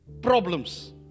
problems